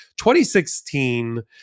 2016